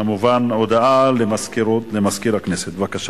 הודעה למזכיר הכנסת, בבקשה.